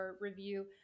review